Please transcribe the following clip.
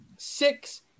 Six